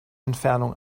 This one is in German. entfernung